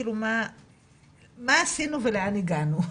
מה עשינו ולאן הגענו.